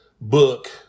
book